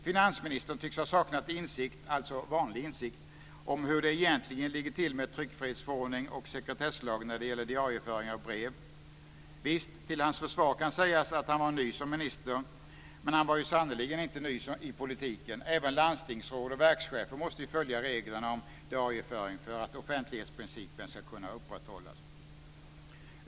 Finansministern tycks ha saknat insikt - alltså vanlig insikt - om hur det egentligen ligger till med tryckfrihetsförordning och sekretesslag när det gäller diarieföring av brev. Visst, till hans försvar kan sägas att han var ny som minister. Men han var sannerligen inte ny i politiken, och även landstingsråd och verkschefer måste ju följa reglerna om diarieföring för att offentlighetsprincipen ska kunna upprätthållas.